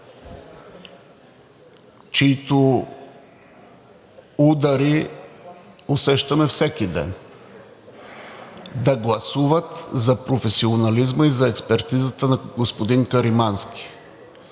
чиито удари усещаме всеки ден, да гласуват за професионализма и за експертизата на господин Каримански.